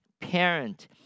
parent